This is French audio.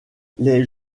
les